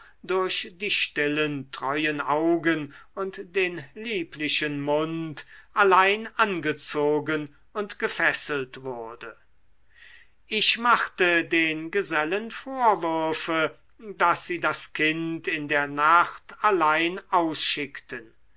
durch die stillen treuen augen und den lieblichen mund allein angezogen und gefesselt wurde ich machte den gesellen vorwürfe daß sie das kind in der nacht allein ausschickten